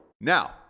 Now